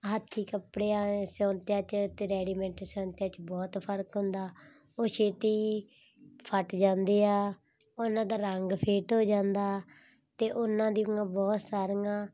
ਹੱਥੀਂ ਕੱਪੜਿਆਂ ਦੇ ਸਿਊਤਿਆਂ 'ਚ ਅਤੇ ਰੈਡੀਮੇਂਟ ਸਿਊਤਿਆਂ 'ਚ ਬਹੁਤ ਫ਼ਰਕ ਹੁੰਦਾ ਉਹ ਛੇਤੀ ਫਟ ਜਾਂਦੇ ਆ ਉਹਨਾਂ ਦਾ ਰੰਗ ਫੇਟ ਹੋ ਜਾਂਦਾ ਅਤੇ ਉਹਨਾਂ ਦੀਆਂ ਬਹੁਤ ਸਾਰੀਆਂ